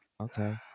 okay